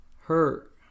hurt